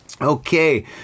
Okay